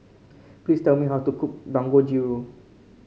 please tell me how to cook Dangojiru